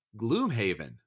Gloomhaven